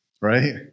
Right